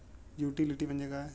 Utility म्हणजे काय?